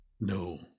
No